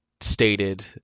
stated